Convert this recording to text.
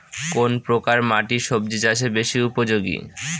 কোন প্রকার মাটি সবজি চাষে বেশি উপযোগী?